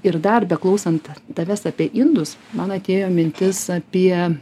ir dar beklausant tavęs apie indus man atėjo mintis apie